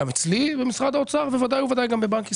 גם אצלי במשרד האוצר ובוודאי וודאי גם בבנק ישראל.